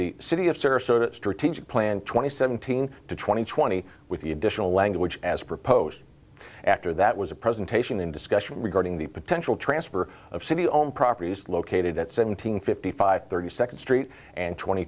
the city of sarasota strategic plan twenty seventeen to twenty twenty with the additional language as proposed after that was a presentation in discussion regarding the potential transfer of city owned properties located at seven hundred fifty five thirty second street and twenty